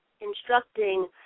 instructing